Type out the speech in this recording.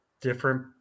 different